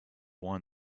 won